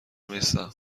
نیستم